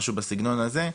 משהו בסגנון הזה,